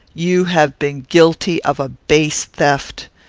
you have been guilty of a base theft.